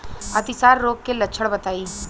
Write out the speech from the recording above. अतिसार रोग के लक्षण बताई?